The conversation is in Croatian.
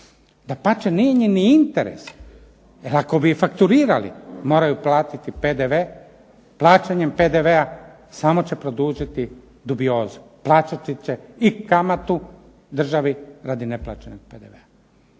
Dapače, nije im ni interes. Jer ako bi i fakturirali moraju platiti PDV. Plaćanjem PDV-a samo će produžiti dubiozu, plaćati će i kamatu državi radi neplaćenog PDV-a.